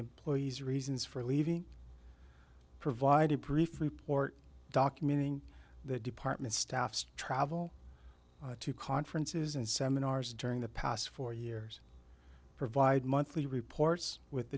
employee's reasons for leaving provide a brief report documenting the department's staff's travel to conferences and seminars during the past four years provide monthly reports with